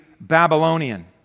Babylonian